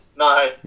No